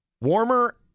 Warmer